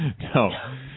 No